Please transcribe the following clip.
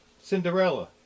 Cinderella